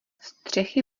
střechy